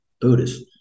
Buddhist